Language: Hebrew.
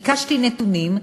ביקשתי נתונים,